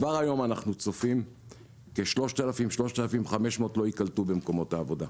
כבר היום אנחנו צופים כ-3,000-3,500 עובדים שלא יקלטו במקומות העבודה,